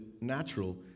natural